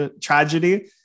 tragedy